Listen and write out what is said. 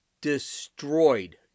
destroyed